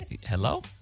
hello